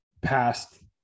past